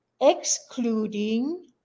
excluding